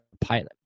pilot